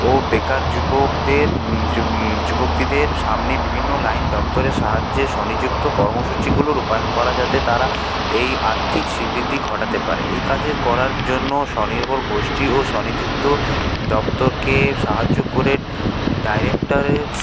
ও বেকার যুবকদের যুবতিদের সামনে বিভিন্ন লাইন দপ্তরের সাহায্যে স্বনিযুক্ত কর্মসূচিগুলো রুপায়ন করা যাতে তারা এই আর্থিক শ্রীবৃদ্ধি ঘটাতে পারে এই কাজের করার জন্য স্বনির্ভর গোষ্ঠী ও স্বনিযুক্ত দপ্তরকের সাহায্য করে ডায়রেকটারের